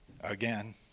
again